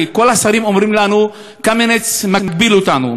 כי כל השרים אומרים לנו: קמיניץ מגביל אותנו,